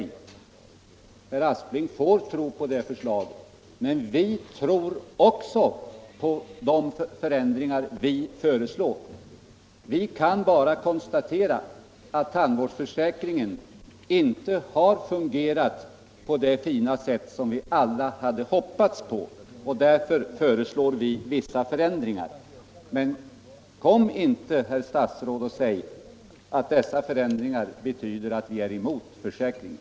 Ja, herr Aspling får tro på det förslaget, men vi tror också på de förändringar vi föreslår. Vi kan bara konstatera att tandvårdsförsäkringen inte har fungerat på det fina sätt som vi alla hade hoppats på, och därför föreslår vi vissa förändringar. Men kom inte, herr statsråd, och säg att dessa förändringar betyder att vi är emot försäkringen.